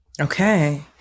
Okay